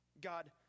God